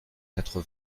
quatre